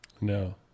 No